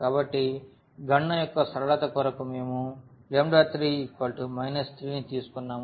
కాబట్టి గణన యొక్క సరళత కొరకు మేము 3 3ని తీసుకున్నాము